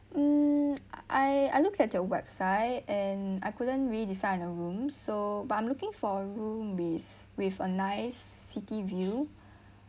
mm I I looked at you website and I couldn't really decide on the room so but I'm looking for a room base with a nice city view and